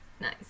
Nice